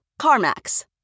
CarMax